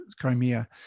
crimea